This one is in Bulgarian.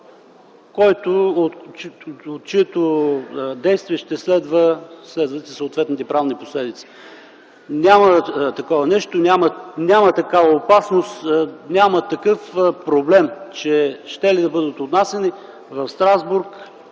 от чието действие ще следват и съответните правни последици. Няма такова нещо, няма такава опасност! Няма такъв проблем, че щели да бъдат отнасяни в Страсбург